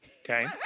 Okay